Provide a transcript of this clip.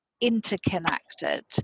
interconnected